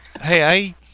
Hey